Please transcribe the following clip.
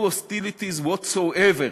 no hostilities what-so-ever,